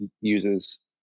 uses